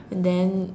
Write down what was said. and then